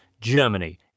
Germany